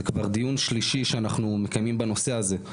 זה כבר דיון שלישי שאנחנו מקיימים בנושא הזה.